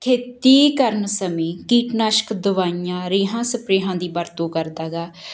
ਖੇਤੀ ਕਰਨ ਸਮੇਂ ਕੀਟਨਾਸ਼ਕ ਦਵਾਈਆਂ ਰੇਹਾਂ ਸਪਰੇਹਾਂ ਦੀ ਵਰਤੋਂ ਕਰਦਾ ਗਾ